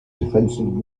defensive